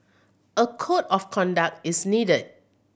a code of conduct is needed